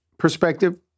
perspective